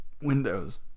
windows